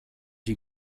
you